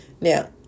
Now